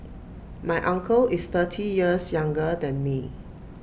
my uncle is thirty years younger than me